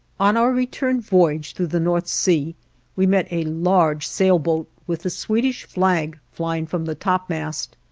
on our return voyage through the north sea we met a large sailboat, with the swedish flag flying from the topmast.